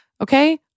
Okay